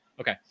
Okay